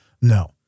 No